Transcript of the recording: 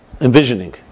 envisioning